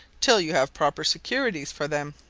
till you have proper securities for them.